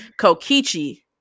Kokichi